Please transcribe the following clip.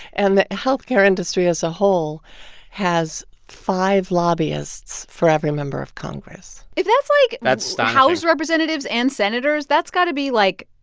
and the health care industry as a whole has five lobbyists for every member of congress if that's like. that's astonishing. house representatives and senators, that's got to be like.